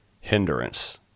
hindrance